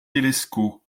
lescot